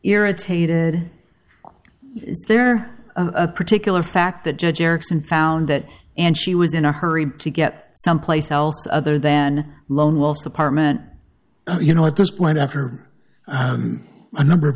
irritated is there a particular fact that judge erickson found that and she was in a hurry to get someplace else other than lone wolfs apartment you know at this point after a number of